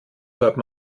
hörte